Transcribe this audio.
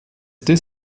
this